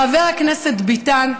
חבר הכנסת ביטן,